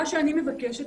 מה שאני מבקשת,